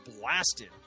blasted